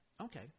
Okay